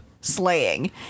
slaying